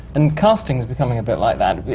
and casting is becoming a bit like that.